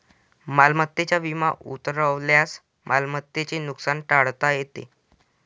मालमत्तेचा विमा उतरवल्यास मालमत्तेचे नुकसान टाळता येते